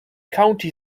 county